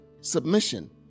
submission